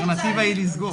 האלטרנטיבה היא לסגור.